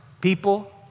people